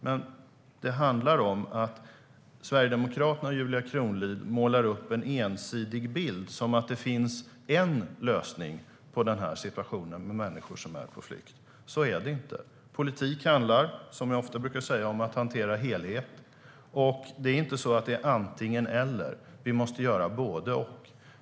Men det handlar om att Sverigedemokraterna och Julia Kronlid målar upp en ensidig bild av att det skulle finnas en enda lösning av situationen med människor som är på flykt. Så är det inte. Politik handlar, som jag ofta brukar säga, om att hantera helhet. Det är inte antingen eller; vi måste göra både och.